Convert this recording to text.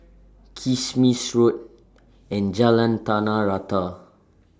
Kismis Road and Jalan Tanah Rata